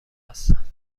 هستند